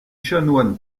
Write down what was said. chanoine